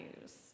news